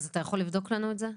אתה יכול לבדוק לנו את זה?